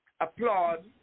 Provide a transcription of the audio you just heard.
applaud